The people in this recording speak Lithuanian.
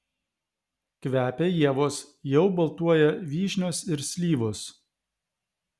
kvepia ievos jau baltuoja vyšnios ir slyvos